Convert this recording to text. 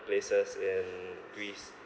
places in greece